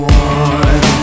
one